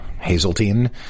Hazeltine